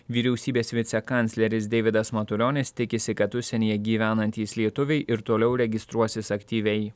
vyriausybės vicekancleris deividas matulionis tikisi kad užsienyje gyvenantys lietuviai ir toliau registruosis aktyviai